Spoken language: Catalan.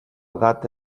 data